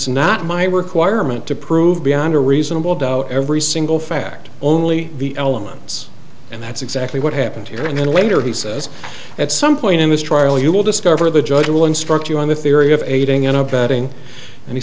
it's not my requirement to prove beyond a reasonable doubt every single fact only the elements and that's exactly what happened here and then later he says at some point in his trial you will discover the judge will instruct you on the theory of aiding and abetting and he